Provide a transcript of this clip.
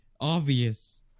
obvious